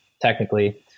technically